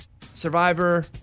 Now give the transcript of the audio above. Survivor